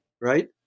right